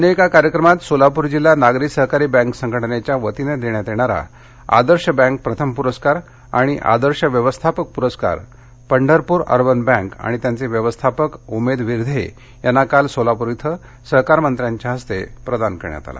अन्य एका कार्यक्रमात सोलापूर जिल्हा नागरी सहकारी बँक संघटनेच्या वतीनं देण्यात येणारा आदर्श बँक प्रथम पुरस्कार आणि आदर्श व्यवस्थापक पुरस्कार पंढरप्र अर्बन बँक आणि त्यांचे व्यवस्थापक उमेद विरधे यांना काल सोलाप्र इथ सहकार मंत्र्यांच्या हस्ते प्रदान करण्यात आला